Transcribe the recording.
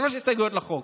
שלוש הסתייגויות לחוק.